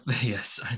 yes